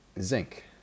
zinc